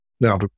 Now